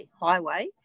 highway